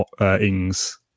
Ings